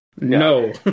No